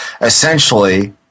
Essentially